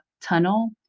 tunnel